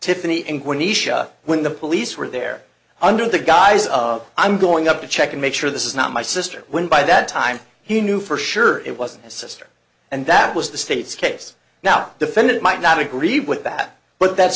nisha when the police were there under the guise of i'm going up to check and make sure this is not my sister when by that time he knew for sure it wasn't his sister and that was the state's case now defendant might not agree with that but that's